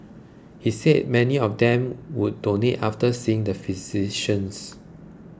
he said many of them would donate after seeing the physicians